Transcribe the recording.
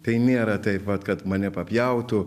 tai nėra taip vat kad mane papjautų